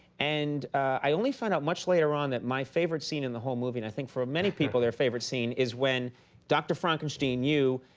and i only found out much later on that my favorite scene in the whole movie, and i think for many people their favorite scene, is when dr. frankenstein, you,